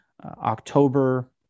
October